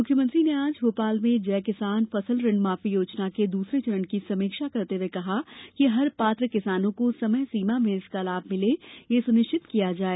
मुख्यमंत्री ने आज भोपाल में जय किसान फसल ऋण माफी योजना के दूसरे चरण की समीक्षा करते हुए कहा कि हर पात्र किसानों को समय सीमा में इसका लाभ मिले यह सुनिश्चित किया जाए